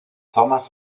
thomas